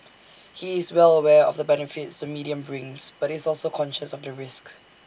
he is well aware of the benefits the medium brings but is also conscious of the risks